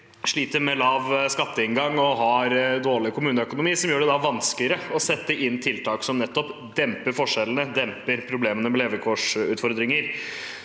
sliter med lav skatteinngang og dårlig kommuneøkonomi, som gjør det vanskeligere å sette inn tiltak som nettopp demper forskjellene og demper problemene med levekårsutfordringer.